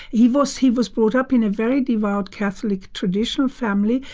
he was he was brought up in a very devout catholic traditional family.